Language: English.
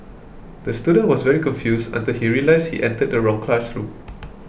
the student was very confused until he realised he entered the wrong classroom